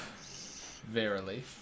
Verily